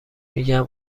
میگم